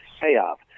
payoff